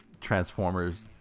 transformers